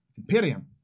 Imperium